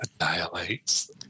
Annihilates